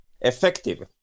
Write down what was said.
effective